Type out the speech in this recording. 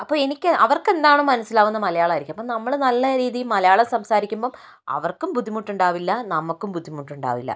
അപ്പോൾ എനിക്ക് അവർക്ക് എന്താണ് മനസിലാകുന്നത് മലയാളം ആയിരിക്കും അപ്പം നമ്മൾ നല്ല രീതിയിൽ മലയാളം സംസാരിക്കുമ്പം അവർക്കും ബുദ്ധിമുട്ട് ഉണ്ടാവില്ല നമുക്കും ബുദ്ധിമുട്ട് ഉണ്ടാവില്ല